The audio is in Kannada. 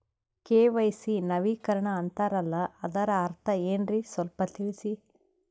ಕೆ.ವೈ.ಸಿ ನವೀಕರಣ ಅಂತಾರಲ್ಲ ಅದರ ಅರ್ಥ ಏನ್ರಿ ಸ್ವಲ್ಪ ತಿಳಸಿ?